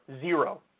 Zero